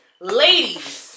Ladies